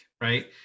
right